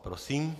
Prosím.